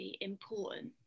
important